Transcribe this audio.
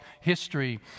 history